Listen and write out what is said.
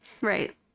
Right